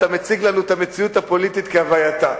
אתה מציג לנו את המציאות הפוליטית כהווייתה.